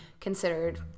considered